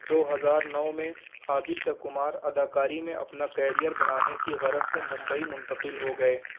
دو ہزار نو میں آدتیہ کمار اداکاری میں اپنا کیریئر بنانے کی غرض سے ممبئی منتقل ہو گئے